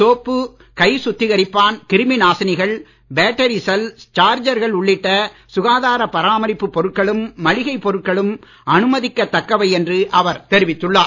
soap கை சுத்திகரிப்பான் கிருமி நாசினிகள் பேட்டரி செல் சார்ஜர்கள் உள்ளிட்ட சுகாதார பராமரிப்பு பொருட்களும் மளிகைப் பொருட்களும் அனுமதிக்க தக்கவை என்று அவர் தெரிவித்துள்ளார்